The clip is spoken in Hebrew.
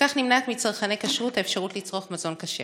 וכך נמנעת מצרכני כשרות האפשרות לצרוך מזון כשר.